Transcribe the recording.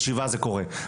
בשבעה זה קורה.